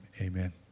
amen